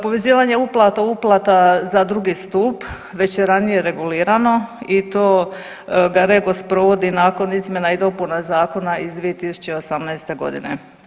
Povezivanje uplata, uplata za drugi stup već je ranije regulirano i to ga REGOS provodi nakon izmjena i dopuna zakona iz 2018. godine.